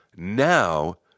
Now